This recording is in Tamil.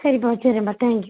சேரிப்பா வச்சிடுறேன்பா தேங்க்யூ